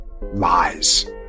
lies